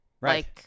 Right